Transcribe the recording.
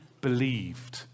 believed